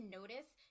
notice